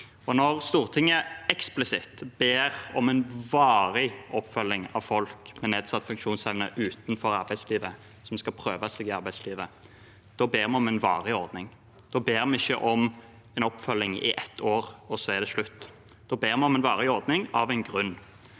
Når Stortinget eksplisitt ber om en varig oppfølging av folk med nedsatt funksjonsevne utenfor arbeidslivet, som skal prøve seg i arbeidslivet, ber vi om en varig ordning. Da ber vi ikke om en oppfølging i ett år, og så er det slutt. Vi ber om en varig ordning – av en grunn.